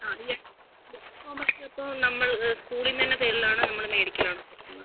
ആ ഇല്ല യൂണിഫോം ഒക്കെ ഇപ്പോൾ നമ്മൾ സ്കൂളിൽ നിന്നുതമന്നെ തരലാണോ നമ്മൾ മേടിക്കലാണോ പുറത്തുനിന്ന്